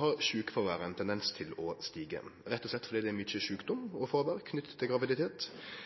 har sjukefråværet ein tendens til å stige, rett og slett fordi det er mykje sjukdom og fråvær knytte til graviditet.